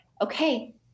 okay